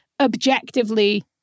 objectively